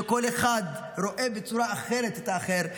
שבה כל אחד רואה בצורה אחרת את האחר,